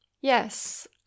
Yes